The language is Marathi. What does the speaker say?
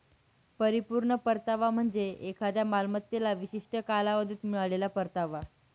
परिपूर्ण परतावा म्हणजे एखाद्या मालमत्तेला विशिष्ट कालावधीत मिळालेला परतावा